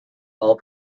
all